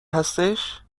هستش